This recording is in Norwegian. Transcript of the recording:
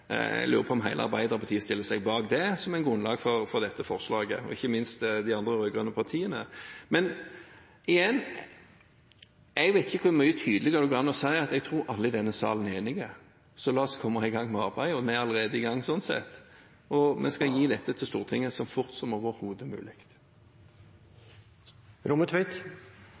Jeg lurer på om hele Arbeiderpartiet stiller seg bak det som et grunnlag for dette forslaget – og ikke minst de andre rød-grønne partiene. Men igjen: Jeg vet ikke hvor mye tydeligere det går an å si at jeg tror alle i denne salen er enige. Så la oss komme i gang med arbeidet. Vi er allerede i gang, slik sett, og vi skal gi dette til Stortinget så fort som overhodet mulig.